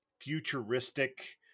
futuristic